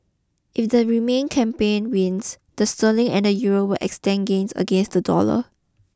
if the remain campaign wins the sterling and the Euro will extend gains against the dollar